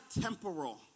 temporal